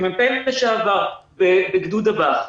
כמ"פ לשעבר בגדוד אב"כ,